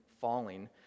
falling